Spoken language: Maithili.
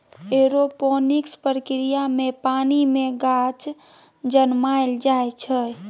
एरोपोनिक्स प्रक्रिया मे पानि मे गाछ जनमाएल जाइ छै